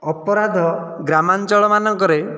ଅପରାଧ ଗ୍ରାମାଞ୍ଚଳ ମାନଙ୍କରେ